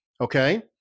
okay